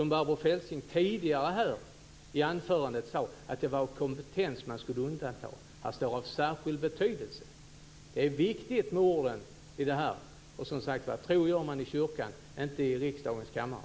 Barbro Feltzing sade tidigare i sitt anförande att det var kompetens man skulle undanta. Här står "av särskild betydelse". Det är viktigt med orden. Sam sagt: Tror gör man i kyrkan och inte i riksdagens kammare.